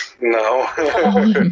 No